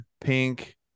pink